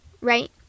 right